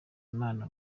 imana